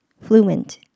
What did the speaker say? fluent